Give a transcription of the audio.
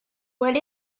what